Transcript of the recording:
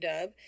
dub